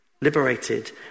liberated